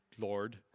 Lord